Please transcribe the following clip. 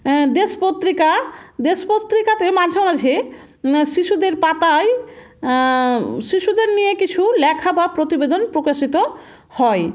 দেশ পত্রিকা দেশ পত্রিকাতে মাঝে মাঝে শিশুদের পাতায় শিশুদের নিয়ে কিছু লেখা বা প্রতিবেদন প্রকাশিত হয়